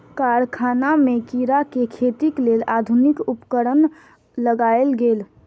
कारखाना में कीड़ा के खेतीक लेल आधुनिक उपकरण लगायल गेल